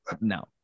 no